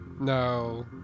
No